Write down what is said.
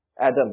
Adam